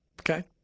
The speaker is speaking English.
Okay